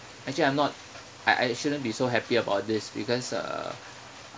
actually I'm not I I shouldn't be so happy about this because uh